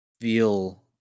feel